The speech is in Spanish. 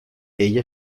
ella